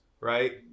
right